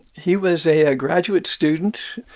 he was a ah graduate student.